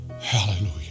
Hallelujah